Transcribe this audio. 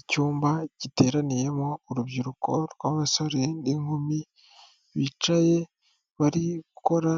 Icyumba giteraniyemo urubyiruko rw'abasore n'inkumi bicaye bari gukora